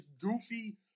goofy